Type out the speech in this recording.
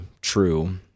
true